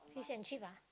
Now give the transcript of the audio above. fish and chip ah